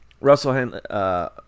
Russell